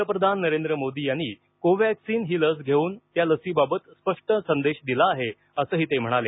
पंतप्रधान नरेंद्र मोदी यांनी कोव्हॅक्सिन ही लस घेऊन त्या लसीबाबत स्पष्ट संदेश दिला आहे असंही ते म्हणाले